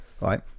right